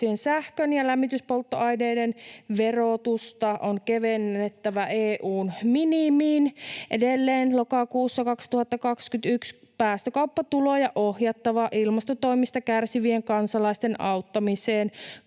sähkön ja lämmityspolttoaineiden verotusta on kevennettävä EU:n minimiin. Edelleen lokakuussa 2021: Päästökauppatuloja ohjattava ilmastotoimista kärsivien kansalaisten auttamiseen